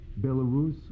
Belarus